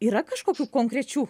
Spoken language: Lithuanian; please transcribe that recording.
yra kažkokių konkrečių